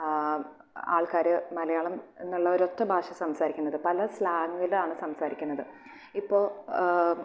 ആൾക്കാര് മലയാളം എന്നുള്ള ഒരൊറ്റ ഭാഷ സംസാരിക്കുന്നത് പല സ്ലാങിലാണ് സംസാരിക്കുന്നത് ഇപ്പോൾ